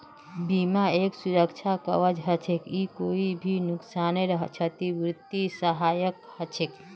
बीमा एक सुरक्षा कवर हछेक ई कोई भी नुकसानेर छतिपूर्तित सहायक हछेक